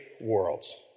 worlds